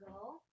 go